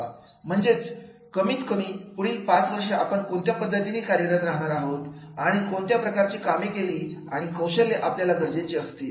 म्हणजेच कमीत कमी पुढील पाच वर्षे आपण कोणत्या पद्धतीने कार्यरत राहणार आहोत आणि कोणत्या प्रकारच्या काम केली आणि कौशल्य आपल्याला गरजेची असतील